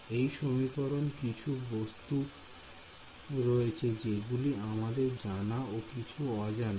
এই সমীকরণ কিছু বস্তু রয়েছে যেগুলো আমাদের জানা ও কিছু অজানা